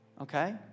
Okay